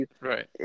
Right